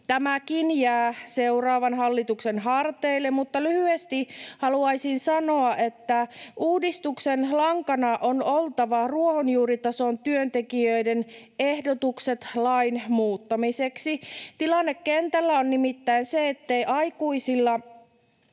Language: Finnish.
Tämäkin jää seuraavan hallituksen harteille. Mutta lyhyesti haluaisin sanoa, että uudistuksen lankana on oltava ruohonjuuritason työntekijöiden ehdotukset lain muuttamiseksi. Tilanne kentällä on nimittäin se, ettei aikuisilla